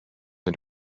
and